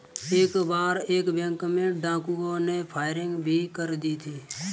एक बार एक बैंक में डाकुओं ने फायरिंग भी कर दी थी